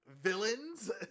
villains